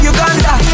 Uganda